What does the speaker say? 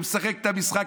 הוא משחק את המשחק,